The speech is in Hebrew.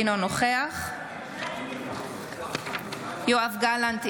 אינו נוכח יואב גלנט,